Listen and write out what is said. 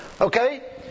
Okay